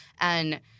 And-